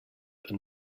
and